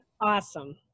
awesome